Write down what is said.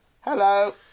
Hello